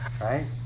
right